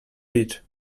beach